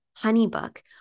HoneyBook